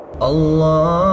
Allah